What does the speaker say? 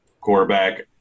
quarterback